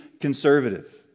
conservative